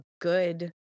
good